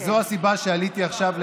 זו הסיבה שעליתי עכשיו לדבר,